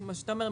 כמו שאתה אומר,